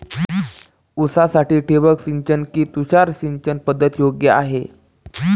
ऊसासाठी ठिबक सिंचन कि तुषार सिंचन पद्धत योग्य आहे?